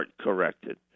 corrected